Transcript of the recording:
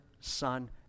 Son